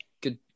Good